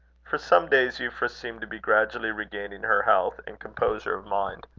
for some days euphra seemed to be gradually regaining her health and composure of mind.